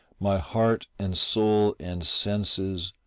my heart and soul and senses,